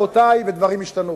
והדברים ישתנו.